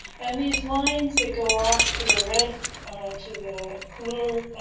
and these lines that go off to the red to the cooler